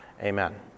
Amen